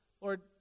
Lord